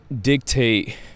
Dictate